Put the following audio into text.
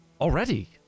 already